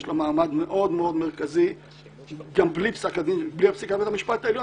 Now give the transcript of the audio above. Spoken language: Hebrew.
יש לה מעמד מאוד מאוד מרכזי גם בלי פסיקת בית המשפט העליון.